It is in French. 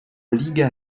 liga